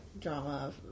drama